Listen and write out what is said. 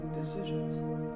decisions